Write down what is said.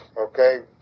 okay